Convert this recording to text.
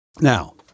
Now